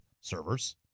servers